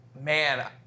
man